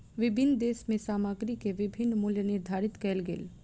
विभिन्न देश में सामग्री के विभिन्न मूल्य निर्धारित कएल गेल